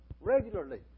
regularly